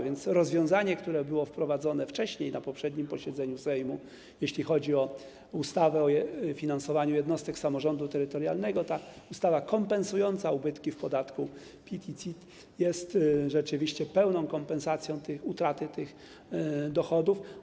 W zakresie rozwiązania, które zostało wprowadzone wcześniej, na poprzednim posiedzeniu Sejmu, jeśli chodzi o ustawę o finansowaniu jednostek samorządu terytorialnego, ta ustawa kompensująca ubytki w podatku PIT i CIT rzeczywiście umożliwia pełną kompensację utraty tych dochodów.